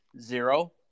zero